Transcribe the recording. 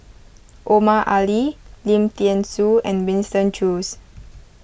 Omar Ali Lim thean Soo and Winston Choos